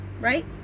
right